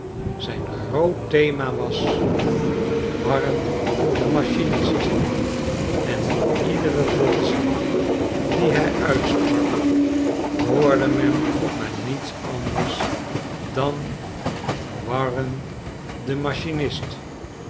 zijn groot thema ws warren de machinist en in iederen volzin dien hi uitsprak hoorde men maar niets anders dan warren de machinist